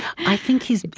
i think he's,